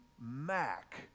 Mac